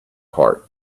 heart